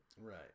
Right